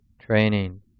training